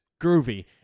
groovy